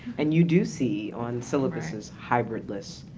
and you do see on syllabuses hybrid lists,